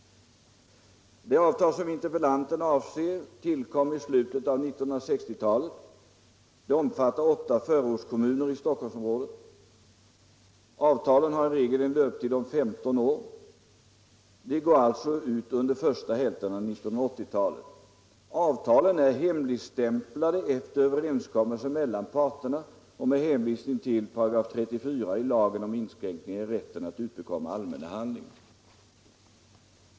De avtal som interpellanten avser tillkom i slutet av 1960-talet och omfattar åtta förortskommuner i Stockholmsområdet. Avtalen har i regel en löptid på 15 år. De går alltså ut under första hälften av 1980-talet. Avtalen är hemligstämplade efter överenskommelse mellan parterna och med hänvisning till 34 § lagen om inskränkning i rätten att utbekomma allmänna handlingar.